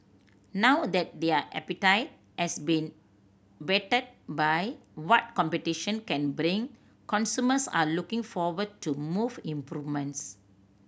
now that their appetite has been whetted by what competition can bring consumers are looking forward to move improvements